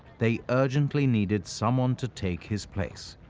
they urgently needed someone to take his place.